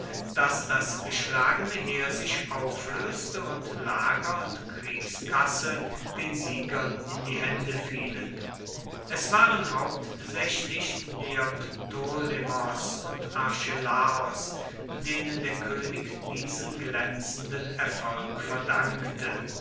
daß das geschlagene heer sich auflöste und lager und kriegskasse den siegern in die hände fielen es waren hauptsächlich neoptolemos und archelaos denen der könig diesen glänzenden erfolg verdankte